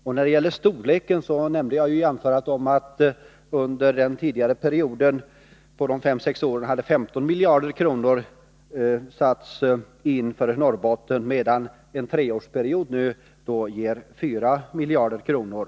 Beträffande beloppens storlek nämnde jag i mitt anförande att det under den tidigare perioden, omfattande 5-6 år, hade satsats 15 miljarder kronor på Norrbotten, medan det nu under en treårsperiod har satsats 4 miljarder kronor.